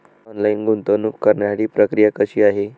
Online गुंतवणूक करण्यासाठी प्रक्रिया कशी आहे?